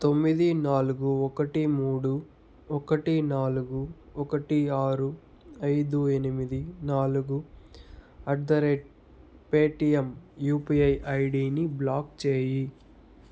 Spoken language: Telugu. తొమిది నాలుగు ఒక్కటి మూడు ఒక్కటి నాలుగు ఒక్కటి ఆరు ఐదు ఎనిమిది నాలుగు at the rate Paytm UPI ఐడిని బ్లాక్ చేయి